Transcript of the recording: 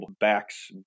backs